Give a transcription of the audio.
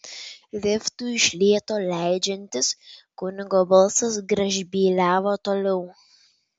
liftui iš lėto leidžiantis kunigo balsas gražbyliavo toliau